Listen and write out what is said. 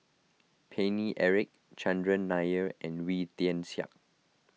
Paine Eric Chandran Nair and Wee Tian Siak